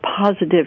positive